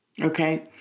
Okay